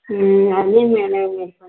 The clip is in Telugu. అదే మ్యాడమ్ మీరు కొంచెం